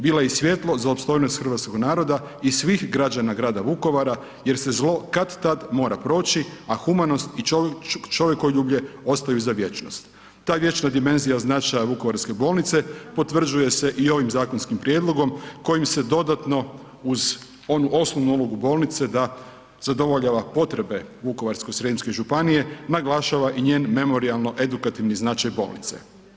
Bila je i svjetlo za opstojnost hrvatskoga naroda i svih građana Grada Vukovara jer se zlo kad-tad mora proći, a humanost i čovjekoljublje ostaju za vječnost.“ Ta vječna dimenzija značaja Vukovarske bolnice potvrđuje se i ovim zakonskim prijedlogom kojim se dodatno uz onu osnovnu ulogu bolnice da zadovoljava potrebe Vukovarsko-srijemske županije naglašava i njen memorijalno-edukativni značaj bolnice.